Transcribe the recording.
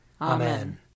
Amen